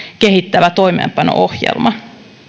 kehittävä toimeenpano ohjelma